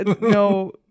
No